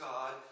God